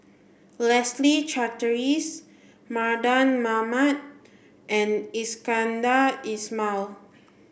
Leslie Charteris Mardan Mamat and Iskandar Ismail